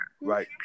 Right